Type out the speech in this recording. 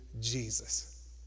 Jesus